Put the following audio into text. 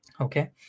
Okay